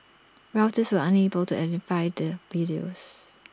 Reuters was unable to verify the videos